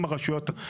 עם הרשויות האזוריות.